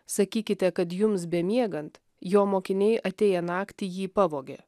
sakykite kad jums bemiegant jo mokiniai atėję naktį jį pavogė